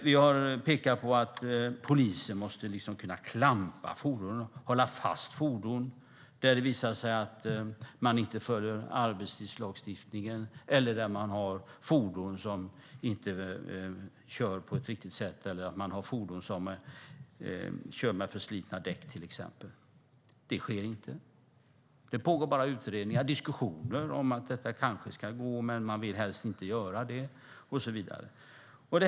Vi har pekat på att polisen måste kunna klampa fordon och hålla fast fordon när det visar sig att man inte följer arbetstidslagstiftningen eller har fordon som kör på ett oriktigt sätt, till exempel med för slitna däck. Det sker inte. Det pågår bara utredningar och diskussioner om att det kanske kan gå men att man helst inte vill göra det och så vidare.